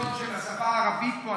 של השפה הערבית פה,